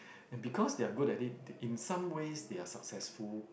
and because they are good at it in some ways they are successful